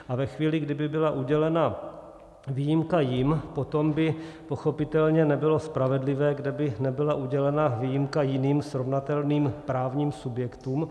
A ve chvíli, kdy by byla udělena výjimka jim, potom by pochopitelně nebylo spravedlivé, kdyby nebyla udělena výjimka jiným srovnatelným právním subjektům.